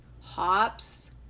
hops